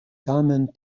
tamen